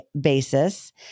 basis